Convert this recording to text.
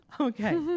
Okay